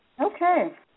Okay